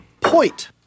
Point